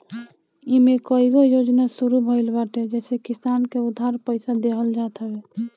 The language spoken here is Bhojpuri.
इमे कईगो योजना शुरू भइल बाटे जेसे किसान के उधार पईसा देहल जात हवे